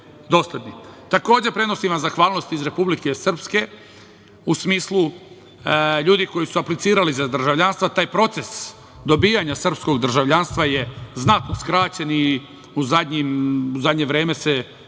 prenosim vam zahvalnost iz Republike Srpske u smislu ljudi koji su aplicirali za državljanstva, taj proces dobijanja srpskog državljanstva je znatno skraćen i u zadnje vreme se čekanje